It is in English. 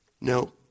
no